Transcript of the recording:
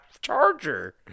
charger